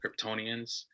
kryptonians